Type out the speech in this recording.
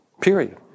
period